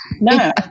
No